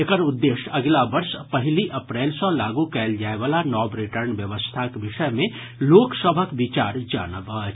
एकर उद्देश्य अगिला वर्ष पहिली अप्रैल सँ लागू कयल जायवला नव रिटर्न व्यवस्थाक विषय मे लोक सभक विचार जानब अछि